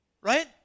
right